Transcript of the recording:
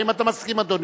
האם אתה מסכים, אדוני?